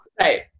Right